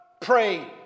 pray